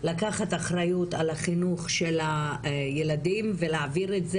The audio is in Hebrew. לקחת אחריות על החינוך של הילדים ולהעביר את זה